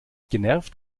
genervt